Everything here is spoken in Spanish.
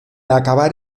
acabar